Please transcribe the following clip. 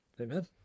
Amen